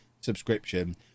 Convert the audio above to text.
subscription